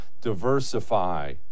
Diversify